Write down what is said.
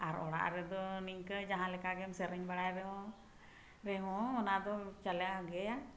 ᱟᱨ ᱚᱲᱟᱜ ᱨᱮᱫᱚ ᱱᱤᱝᱠᱟᱹ ᱡᱟᱡᱟᱸ ᱞᱮᱠᱟ ᱜᱮᱢ ᱥᱮᱨᱮᱧ ᱵᱟᱲᱟᱭ ᱨᱮᱦᱚᱸ ᱨᱮᱦᱚᱸ ᱚᱱᱟ ᱫᱚ ᱪᱟᱞᱟᱜ ᱜᱮᱭᱟ